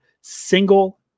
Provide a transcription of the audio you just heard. single